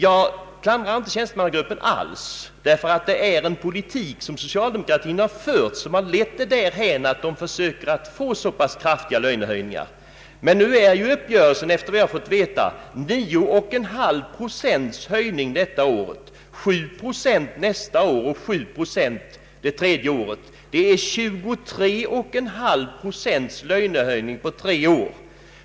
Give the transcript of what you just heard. Jag klandrar inte alls denna tjänstemannagrupp, eftersom det är socialdemokratins politik som lett till att tjänstemännen försöker få så pass kraftiga lönehöjningar. Uppgörelsen innebär, efter vad vi fått veta, 9,5 procents lönehöjning i år, 7 procent nästa år och 7 procent det tredje året. Det blir 23,5 procents lönehöjning på tre år.